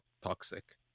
toxic